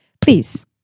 please